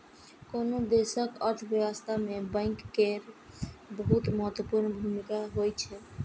कोनो देशक अर्थव्यवस्था मे बैंक केर बहुत महत्वपूर्ण भूमिका होइ छै